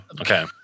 okay